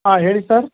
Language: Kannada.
ಹಾಂ ಹೇಳಿ ಸರ್